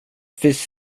finns